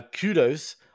kudos